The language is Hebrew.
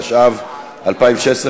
התשע"ו 2016,